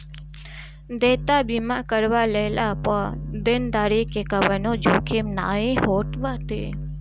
देयता बीमा करवा लेहला पअ देनदारी के कवनो जोखिम नाइ होत बाटे